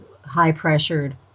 high-pressured